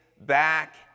back